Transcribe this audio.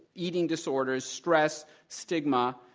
eating disorders, stress, stigma,